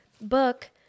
book